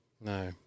No